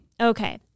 Okay